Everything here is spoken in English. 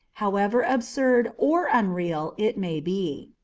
however absurd or unreal it may be.